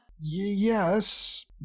Yes